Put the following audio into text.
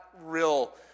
real